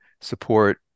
support